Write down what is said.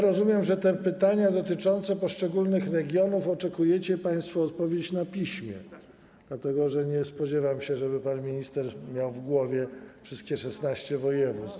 Rozumiem, że na pytania dotyczące poszczególnych regionów oczekujecie państwo odpowiedzi na piśmie, dlatego że nie spodziewam się, żeby pan minister miał w głowie wszystkie 16 województw.